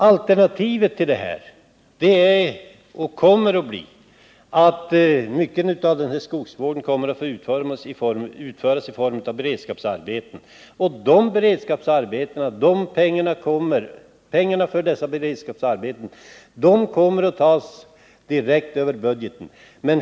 Alternativet blir att mycket av skogsvården kommer att få utföras i form av beredskapsarbeten, och pengarna för dessa beredskapsarbeten kommer att tas direkt över budgeten.